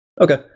Okay